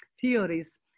theories